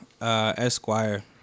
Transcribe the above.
Esquire